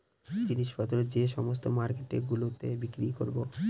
জিনিস পত্র যে সমস্ত মার্কেট গুলোতে বিক্রি করবো